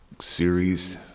series